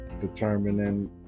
determining